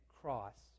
cross